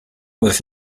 was